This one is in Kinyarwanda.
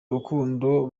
urukundo